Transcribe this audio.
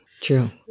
true